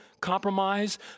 compromise